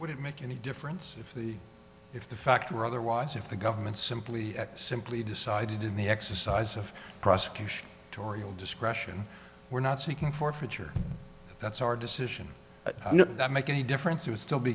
would it make any difference if the if the fact rather watch if the government simply simply decided in the exercise of prosecution tauriel discretion we're not seeking forfeiture that's our decision that make a difference he would still be